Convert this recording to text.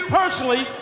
personally